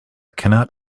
cannot